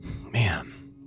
Man